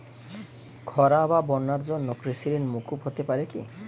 খরা বা বন্যার জন্য কৃষিঋণ মূকুপ হতে পারে কি?